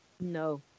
No